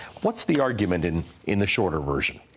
what's the argument in in the shorter version?